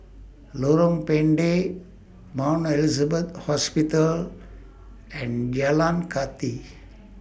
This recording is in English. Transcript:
Lorong Pendek Mount Elizabeth Hospital and Jalan Kathi